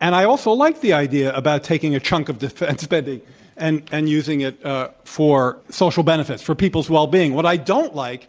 and i also like the idea about taking a chunk of defense spending and and using it ah for social benefits, for people's well-being. what i don't like